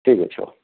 ଠିକ୍ ଅଛି ହଉ